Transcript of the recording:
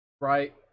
right